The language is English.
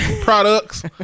products